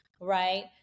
right